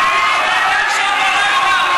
לסדר.